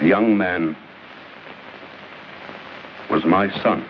young man was my son